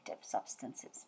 substances